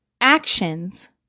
actions